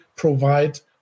provide